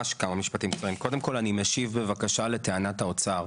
קודם כל אני משיב, בבקשה, לטענת האוצר.